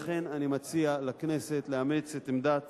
לכן אני מציע לכנסת לאמץ את עמדת